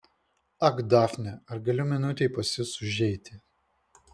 ak dafne ar galiu minutei pas jus užeiti